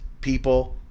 people